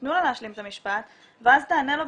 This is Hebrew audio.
תנו לו להשלים את המשפט ואז תענה לו,